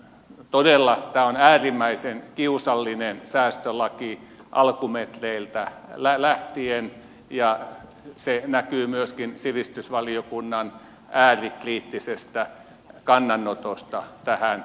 todella tämä on äärimmäisen kiusallinen säästölaki alkumetreiltä lähtien ja se näkyy myöskin sivistysvaliokunnan äärikriittisestä kannanotosta tähän esitykseen